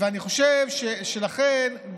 לכן,